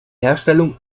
herstellung